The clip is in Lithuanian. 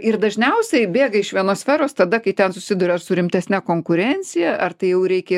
ir dažniausiai bėga iš vienos sferos tada kai ten susiduria su rimtesne konkurencija ar tai jau reikia